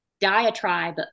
diatribe